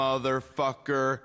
Motherfucker